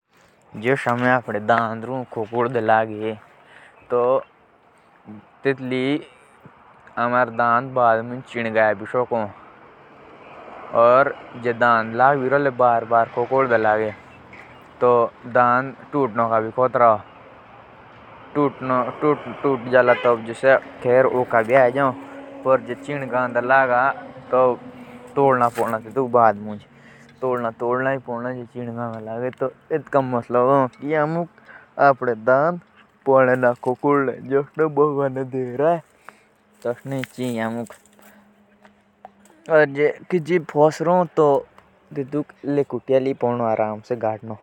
जस आमारे दाँद हो तौ से खराब तभी हो जे आमे मगीना आती। और जे दादुन्द खनक जे फोसे भी नतो तो टेटु खोकोडनो न पडनो।